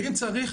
אם צריך